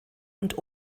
und